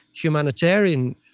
humanitarian